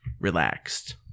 relaxed